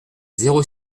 zéro